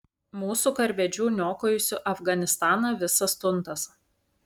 mūsų karvedžių niokojusių afganistaną visas tuntas